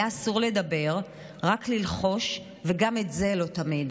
היה אסור לדבר, רק ללחוש, וגם את זה לא תמיד.